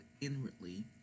inwardly